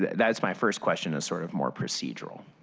that's my first question, sort of more procedural.